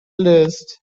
list